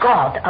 God